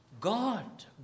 God